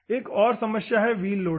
एक और समस्या है व्हील लोडिंग